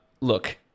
look